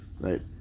right